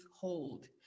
hold